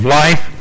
life